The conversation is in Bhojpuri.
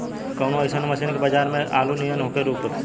कवनो अइसन मशीन ह बजार में जवन आलू नियनही ऊख रोप सके?